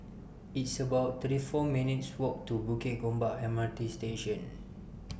It's about thirty four minutes' Walk to Bukit Gombak M R T Station